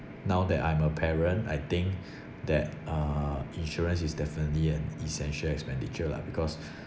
now that I'm a parent I think that uh insurance is definitely an essential expenditure lah because